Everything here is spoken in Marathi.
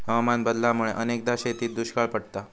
हवामान बदलामुळा अनेकदा शेतीत दुष्काळ पडता